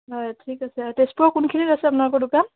হয় ঠিক আছে তেজপুৰৰ কোনখিনিত আছে আপোনালোকৰ দোকান